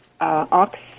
ox